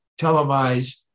televise